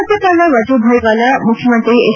ರಾಜ್ಯಪಾಲ ವಜುಭಾಯಿ ವಾಲಾ ಮುಖ್ಯಮಂತ್ರಿ ಎಚ್